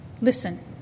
listen